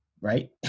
right